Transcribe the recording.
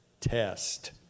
test